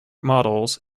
models